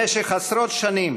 במשך עשרות שנים